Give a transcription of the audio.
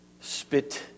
spit